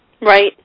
Right